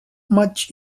much